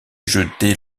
jeté